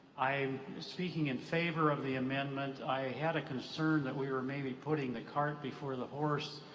i'm speaking in favor of the amendment. i had a concern that we were maybe putting the cart before the horse,